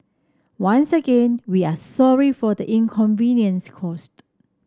once again we are sorry for the inconvenience caused